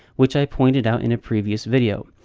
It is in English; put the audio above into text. which i pointed out in a previous video.